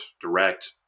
direct